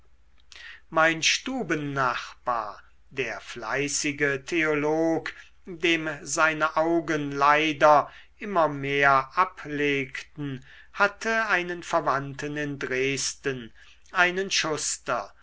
mein stubennachbar der fleißige theolog dem seine augen leider immer mehr ablegten hatte einen verwandten in dresden einen schuster